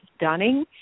Dunning